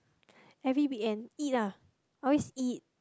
every weekend eat lah always eat